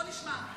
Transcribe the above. לא שמעתי טוב